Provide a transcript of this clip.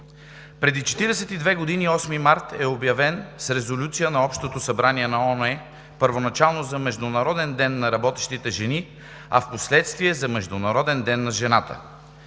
Преди 42 години 8 март е обявен с резолюция на Общото събрание на ООН първоначално за международен ден на работещите жени, а впоследствие – за Международен ден на жената.